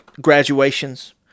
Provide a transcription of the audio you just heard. graduations